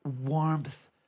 warmth